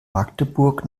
magdeburg